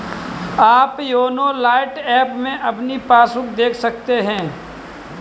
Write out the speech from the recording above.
आप YONO lite app में अपनी पासबुक देख सकते हैं